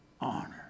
honor